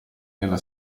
nella